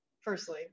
firstly